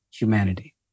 humanity